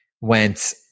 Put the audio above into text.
went